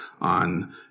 on